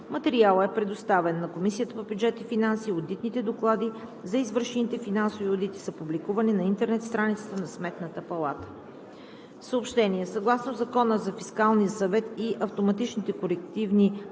Материалът е предоставен на Комисията по бюджет и финанси. Одитните доклади за извършените финансови одити са публикувани на интернет страницата на Сметната палата. Съгласно Закона за Фискалния съвет и автоматичните корективни